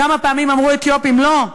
כמה פעמים אמרו "אתיופים" לא,